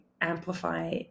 amplify